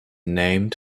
named